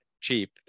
cheap